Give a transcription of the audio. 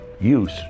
use